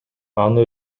аны